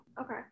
Okay